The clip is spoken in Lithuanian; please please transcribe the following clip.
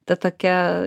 ta tokia